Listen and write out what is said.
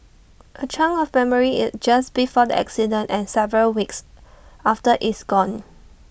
A chunk of memory IT just before the accident and several weeks after is gone